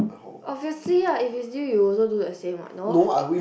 obviously lah if is you you'll also do the same what no